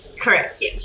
correct